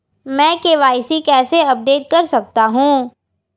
मैं के.वाई.सी कैसे अपडेट कर सकता हूं?